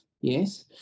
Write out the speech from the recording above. yes